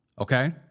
Okay